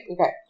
Okay